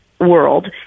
world